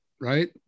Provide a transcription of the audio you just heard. right